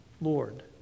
Lord